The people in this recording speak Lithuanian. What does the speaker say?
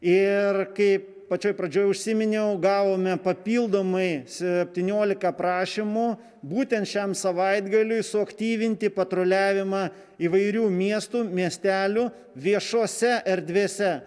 ir kaip pačioj pradžioj užsiminiau gavome papildomai septynioliką prašymų būtent šiam savaitgaliui suaktyvinti patruliavimą įvairių miestų miestelių viešose erdvėse